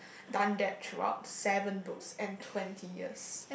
done that throughout seven books and twenty years